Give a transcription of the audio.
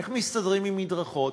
איך מסתדרים עם מדרכות,